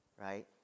right